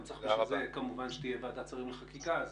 גם צריך שתהיה ועדת שרים לחקיקה,